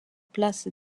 place